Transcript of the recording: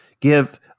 give